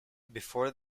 before